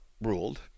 ruled